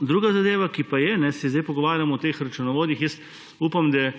Druga zadeva pa je, ko se zdaj pogovarjamo o teh računovodjih, jaz upam, da